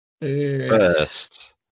first